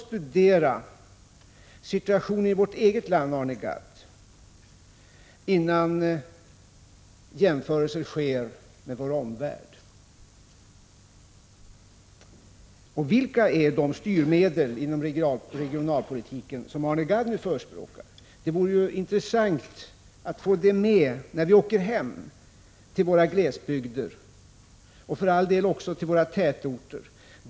Studera situationen i vårt eget land, Arne Gadd, innan jämförelser sker med vår omvärld! Och vilka är de styrmedel inom regionalpolitiken som Arne Gadd nu förespråkar? Det vore intressant att få det med oss när vi åker hem till våra glesbygder — och för all del också tätorter.